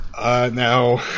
Now